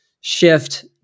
shift